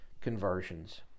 conversions